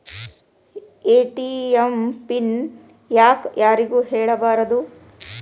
ATM PIN ಯಾಕ್ ಯಾರಿಗೂ ಹೇಳಬಾರದು?